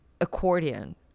accordion